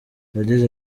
yagize